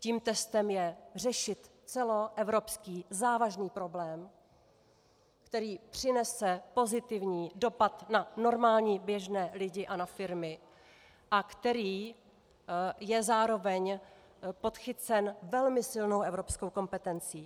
Tím testem je řešit celoevropsky závažný problém, který přinese pozitivní dopad na normální běžné lidi a na firmy a který je zároveň podchycen velmi silnou evropskou kompetencí.